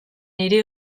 hiri